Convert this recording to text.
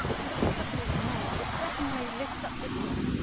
and also for your mood, it definitely lifts up the spirit!